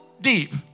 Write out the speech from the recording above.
deep